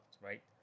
right